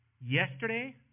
yesterday